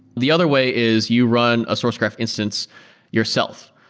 the other way is you run a sourcegraph instance yourself.